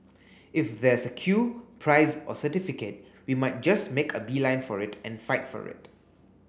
if there's a queue prize or certificate we might just make a beeline for it and fight for it